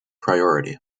priority